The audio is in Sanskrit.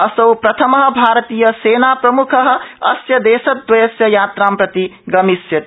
असौ प्रथम भारतीयसेनाप्रमुख अस्य देशद्वयस्य यात्रां प्रति गमिष्यति